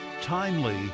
timely